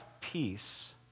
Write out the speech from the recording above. peace